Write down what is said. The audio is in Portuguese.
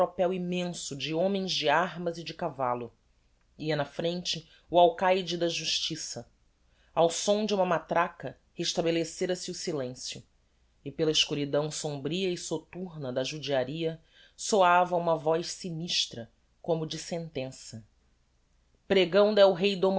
tropel immenso de homens de armas e de cavallo ia na frente o alcaide da justiça ao som de uma matraca restabelecera se o silencio e pela escuridão sombria e soturna da judiaria soava uma voz sinistra como de sentença pregão d'el-rei d